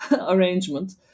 arrangement